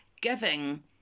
giving